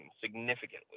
significantly